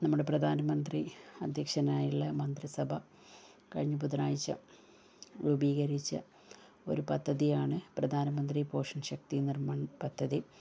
നമ്മുടെ പ്രധാനമന്ത്രി അധ്യക്ഷനായിട്ടുള്ള മന്ത്രി സഭ കഴിഞ്ഞ ബുധനാഴ്ച രൂപീകരിച്ച ഒരു പദ്ധതിയാണ് പ്രധാനമന്ത്രി പോഷൻ ശക്തി നിർമ്മൺ പദ്ധതി